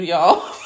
y'all